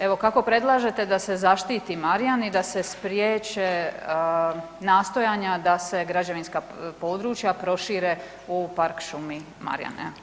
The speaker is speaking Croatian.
Evo kako predlažete da se zaštiti Marjan i da se spriječe nastojana da se građevinska područja prošire u Park šumi Marjan?